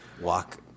walk